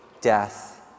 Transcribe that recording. death